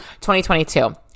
2022